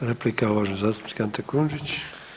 Replika uvaženi zastupnik Ante Kujundžić.